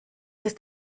ist